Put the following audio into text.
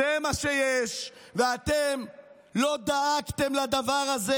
זה מה שיש, ואתם לא דאגתם לדבר הזה.